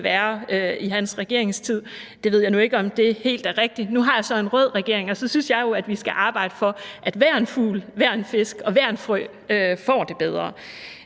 værre i hans regeringstid. Det ved jeg nu ikke om helt er rigtigt. Nu har vi så en rød regering, og så synes jeg jo, at vi skal arbejde for, at hver en fugl, hver en fisk og hver en frø får det bedre.